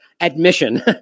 Admission